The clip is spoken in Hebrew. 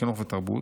חינוך ותרבות'